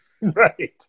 Right